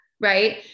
right